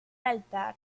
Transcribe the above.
altar